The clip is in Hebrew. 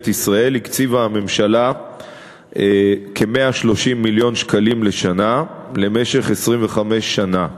ישראל הקציבה הממשלה כ-130 מיליון שקלים לשנה למשך 25 שנה.